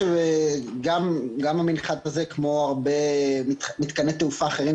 זאת גם הייתה העמדה של הוועדה המחוזית בלשכת תכנון מחוז צפון,